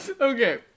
Okay